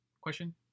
question